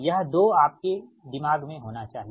यह दो आपके दिमाग में होना चाहिए